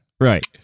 Right